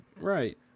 Right